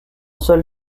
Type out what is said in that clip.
seul